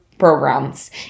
programs